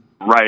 Right